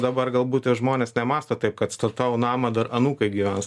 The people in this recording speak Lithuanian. dabar galbūt tie žmonės nemąsto taip kad statau namą dar anūkai gyvens